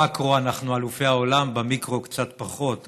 במקרו אנחנו אלופי העולם, במיקרו, קצת פחות.